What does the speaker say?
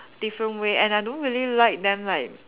different way and I don't really like them like